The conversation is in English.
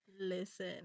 Listen